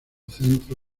centro